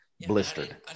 blistered